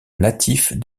natifs